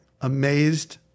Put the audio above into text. amazed